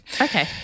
Okay